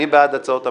מי בעד הצעות המיזוג?